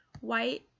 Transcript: White